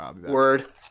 Word